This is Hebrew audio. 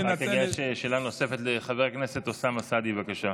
שאלה נוספת לחבר הכנסת אוסאמה סעדי, בבקשה.